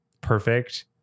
perfect